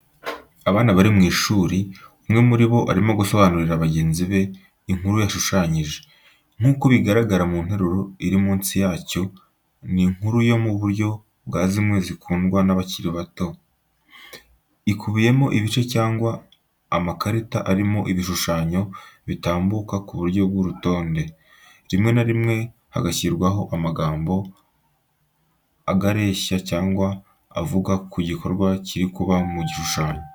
Abana bari mu ishuri, umwe muri bo arimo gusobanurira bagenzi be inkuru yashushanyije, nk’uko bigaragara mu nteruro iri munsi yacyo, ni inkuru yo mu buryo bwa zimwe zikundwa n'abakiri bato, ikubiyemo ibice cyangwa amakarita arimo ibishushanyo bitambuka ku buryo bw'urutonde, rimwe na rimwe hagashyirwaho amagambo agareshya cyangwa avuga ku gikorwa kiri kuba mu gishushanyo.